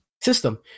system